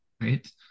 right